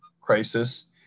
Crisis